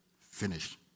finish